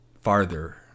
farther